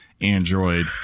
Android